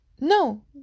No